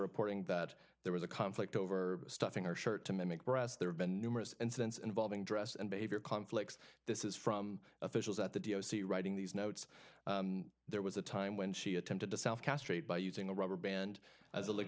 reporting that there was a conflict over stuffing her shirt to make breasts there have been numerous incidents involving dress and behavior conflicts this is from officials at the d n c writing these notes there was a time when she attempted to south castrate by using a rubber band as